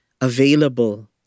available